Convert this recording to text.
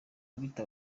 tubita